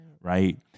right